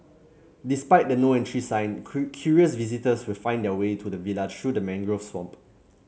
despite the No Entry sign curious visitors still find their way to the villa through the mangrove swamp